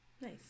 Nice